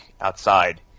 outside